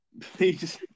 please